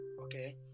okay